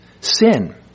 sin